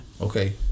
Okay